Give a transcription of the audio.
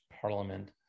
Parliament